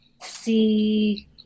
see